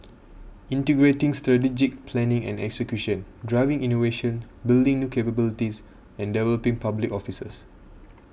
integrating strategic planning and execution driving innovation building new capabilities and developing public officers